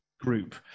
group